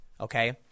Okay